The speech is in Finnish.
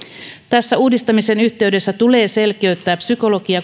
tämän uudistamisen yhteydessä tulee selkeyttää psykologi ja